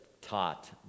taught